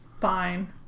Fine